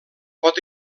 pot